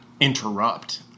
interrupt